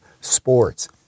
sports